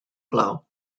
plow